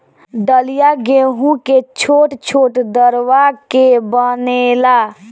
दलिया गेंहू के छोट छोट दरवा के बनेला